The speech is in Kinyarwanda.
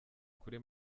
kuri